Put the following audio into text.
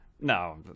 No